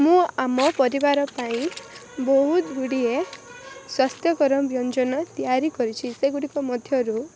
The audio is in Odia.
ମୁଁ ଆମ ପରିବାରପାଇଁ ବହୁତ ଗୁଡ଼ିଏ ସ୍ୱାସ୍ଥ୍ୟକର ବ୍ୟଞ୍ଜନ ତିଆରି କରିଛି ସେଗୁଡ଼ିକ ମଧ୍ୟରୁ